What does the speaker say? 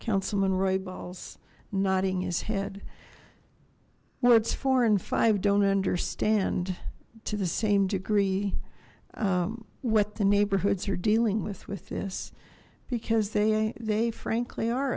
councilman roy balls nodding his head what's four and five don't understand to the same degree what the neighbourhoods are dealing with with this because they they frankly are